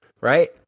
Right